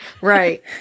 Right